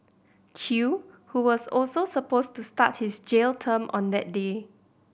Chew who was also supposed to start his jail term on that day